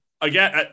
again